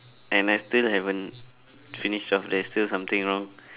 and I still haven't finish off there is still something wrong